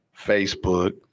Facebook